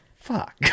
fuck